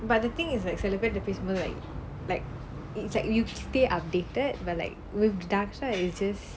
but the thing is like சில பெருகிட்ட பேசும்போது:sila perukitta pesumpothu like like it's like you stay updated but like with dakshar it's just